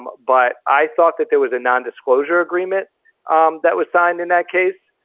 um but i thought that there was a nondisclosure agreement um that was signed in that case,